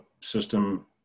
system